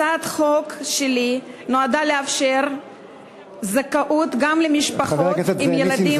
הצעת החוק שלי נועדה לאפשר זכאות גם למשפחות עם ילדים,